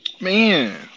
Man